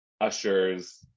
usher's